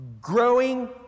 Growing